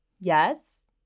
Yes